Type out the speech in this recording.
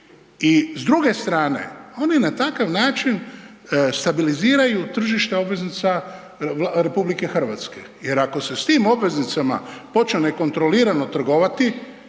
i s druge strane, oni na takav način stabiliziraju tržište obveznica RH. Jer ako se s tim obveznicama počne nekontrolirano trgovati,